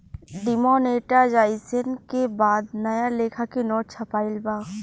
demonetisation के बाद नया लेखा के नोट छपाईल बा